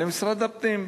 למשרד הפנים.